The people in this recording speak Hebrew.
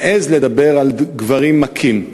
נעז לדבר, על גברים מכים,